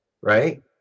right